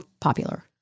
popular